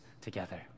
together